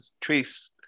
trace